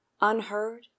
unheard